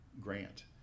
grant